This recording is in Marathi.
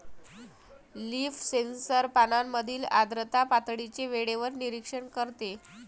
लीफ सेन्सर पानांमधील आर्द्रता पातळीचे वेळेवर निरीक्षण करते